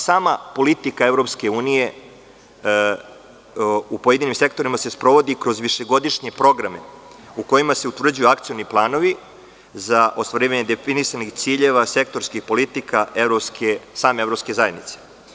Sama politika EU u pojedinim sektorima se sprovodi kroz višegodišnje programe u kojima se utvrđuju akcioni planovi za ostvarivanje definisanih ciljeva, sektorskih politika same evropske zajednice.